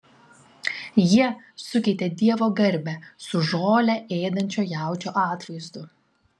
jie sukeitė dievo garbę su žolę ėdančio jaučio atvaizdu